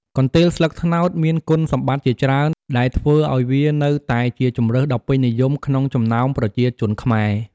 កន្ទេលស្លឹកត្នោតមានគុណសម្បត្តិជាច្រើន ដែលធ្វើឲ្យវានៅតែជាជម្រើសដ៏ពេញនិយមក្នុងចំណោមប្រជាជនខ្មែរ។